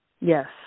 Yes